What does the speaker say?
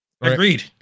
agreed